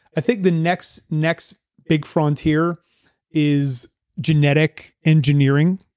i think the next next big frontier is genetic engineering.